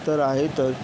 तर आहेतच